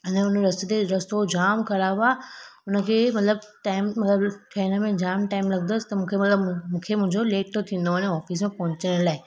अञा उन रस्ते ते रस्तो जामु ख़राबु आहे उन खे मतलबु टाइम थियण में जामु टाइम लॻंदसि त मूंखे मतलबु मूंखे मुंहिंजो लेट थो थींदो वञो ऑफ़िस में पहुचण लाइ